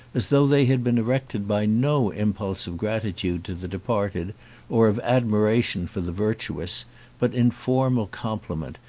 as though they had been erected by no impulse of gratitude to the departed or of admiration for the virtuous but in formal compliment,